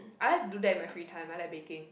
I like do that in my free time I like baking